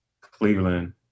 Cleveland